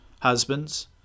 Husbands